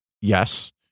Yes